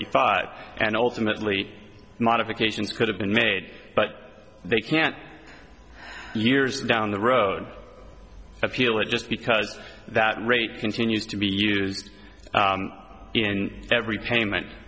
eighty five and ultimately modifications could have been made but they can't years down the road appeal it just because that rate continues to be used in every payment